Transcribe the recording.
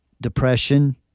depression